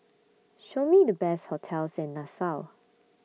Show Me The Best hotels in Nassau